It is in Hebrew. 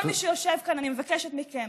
כל מי שיושב כאן, אני מבקשת מכם: